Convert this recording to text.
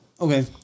Okay